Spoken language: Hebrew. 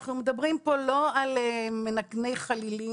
שאנחנו מדברים פה לא על מנגני חלילים,